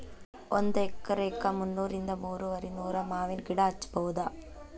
ಒಂದ ಎಕರೆಕ ಮುನ್ನೂರಿಂದ ಮೂರುವರಿನೂರ ಮಾವಿನ ಗಿಡಾ ಹಚ್ಚಬೌದ